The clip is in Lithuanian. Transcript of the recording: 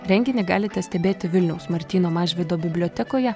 renginį galite stebėti vilniaus martyno mažvydo bibliotekoje